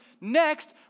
next